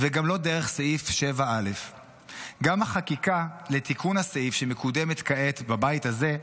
וגם לא דרך סעיף 7א. גם החקיקה לתיקון הסעיף שמקודמת כעת בבית הזה,